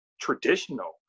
traditional